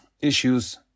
issues